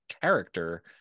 character